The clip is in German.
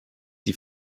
die